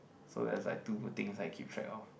so there's like two good things I keep track of